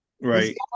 Right